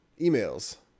Emails